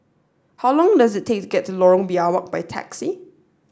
how long does it take to get to Lorong Biawak by taxi